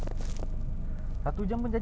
eighteen times five hundred twenty